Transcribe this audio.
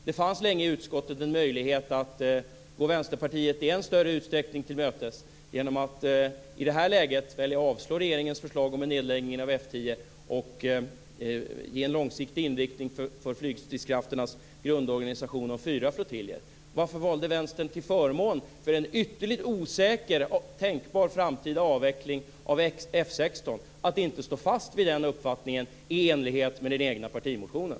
Det fanns länge i utskottet en möjlighet att i än större utsträckning gå Vänsterpartiet till mötes genom att i det här läget välja att avstyrka regeringens förslag om en nedläggning av F 10 och ge en långsiktig inriktning för flygstridskrafternas grundorganisation om fyra flottiljer. Varför valde Vänsterpartiet till förmån för en ytterligt osäker tänkbar framtida avveckling av F 16 att inte stå fast vid den uppfattningen i enlighet med den egna partimotionen?